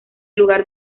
lugar